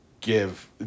give